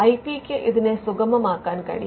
I P ക്ക് ഇതിനെ സുഗമമാക്കാൻ കഴിയും